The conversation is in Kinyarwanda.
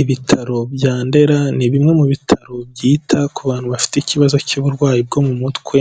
Ibitaro bya Ndera, ni bimwe mu bitaro byita ku bantu bafite ikibazo cy'uburwayi bwo mu mutwe,